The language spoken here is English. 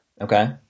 Okay